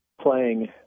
playing